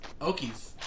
Okies